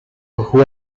who